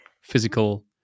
physical